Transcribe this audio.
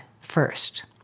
first